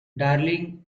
darling